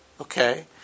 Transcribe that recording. Okay